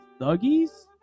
thuggies